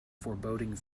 foreboding